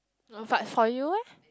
but for you eh